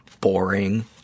boring